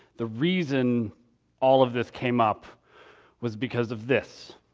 the reason all of this came up was because of this.